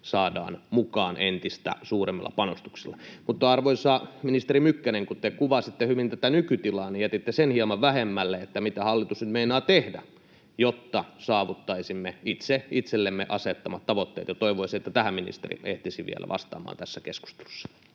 saadaan mukaan entistä suuremmilla panostuksilla. Mutta, arvoisa ministeri Mykkänen, kun te kuvasitte hyvin tätä nykytilaa, niin jätitte hieman vähemmälle sen, mitä hallitus nyt meinaa tehdä, jotta saavuttaisimme itse itsellemme asettamat tavoitteet. Toivoisin, että tähän ministeri ehtisi vielä vastaamaan tässä keskustelussa.